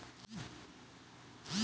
अगर सरसों में कीड़ा लग जाए तो क्या करें?